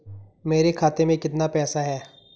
मेरे खाते में कितना पैसा है?